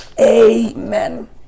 amen